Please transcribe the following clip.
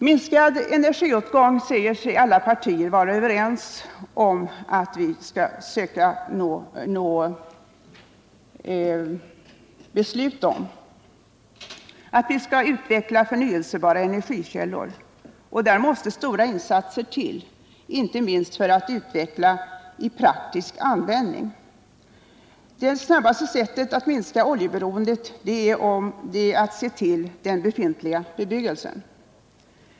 Minskad energiåtgång säger sig alla partier vilja verka för, liksom för att vi skall utveckla förnyelsebara energikällor. För att uppnå detta måste stora insatser till, inte minst när det gäller att utveckla de förnyelsebara energikällorna till praktisk användning. Det snabbaste sättet att minska oljeberoendet är emellertid att inrikta sig på den befintliga bebyggelsen.